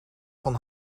van